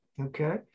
Okay